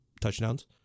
touchdowns